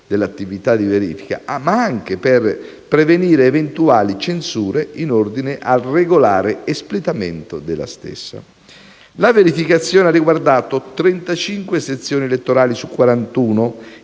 La verificazione ha riguardato 35 sezioni elettorali su 41